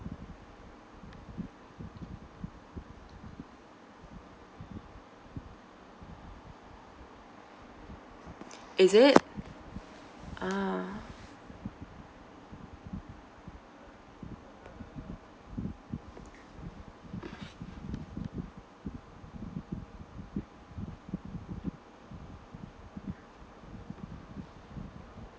is it ah